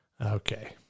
Okay